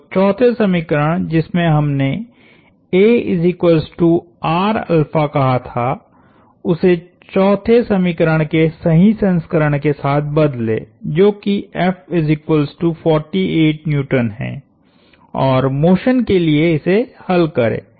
तो चौथे समीकरण जिसमे हमनेकहा था उसे चौथे समीकरण के सही संस्करण के साथ बदलें जो कि F 48N है और मोशन के लिए इसे हल करें